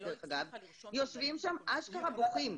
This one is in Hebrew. הם בוכים.